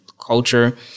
culture